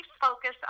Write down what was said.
focus